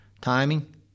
timing